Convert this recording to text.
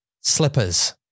slippers